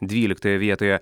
dvyliktoje vietoje